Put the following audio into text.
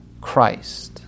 Christ